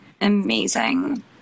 Amazing